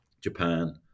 Japan